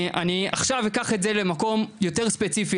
אני עכשיו אקח את זה למקום יותר ספציפי,